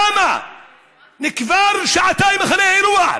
נקבר שעתיים אחרי האירוע,